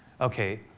okay